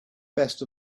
best